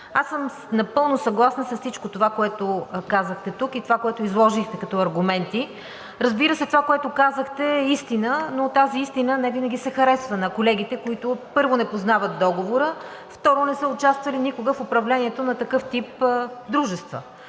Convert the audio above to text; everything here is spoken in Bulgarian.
Аз съм напълно съгласна с всичко това, което казахте тук, и това, което изложихте като аргументи. Разбира се, това, което казахте, е истина, но тази истина невинаги се харесва на колегите, които, първо, не познават договора, второ, не са участвали никога в управлението на такъв тип дружества.